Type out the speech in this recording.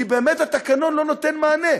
כי באמת התקנון לא נותן מענה.